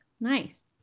Nice